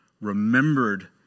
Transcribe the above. remembered